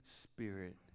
spirit